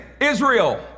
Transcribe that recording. Israel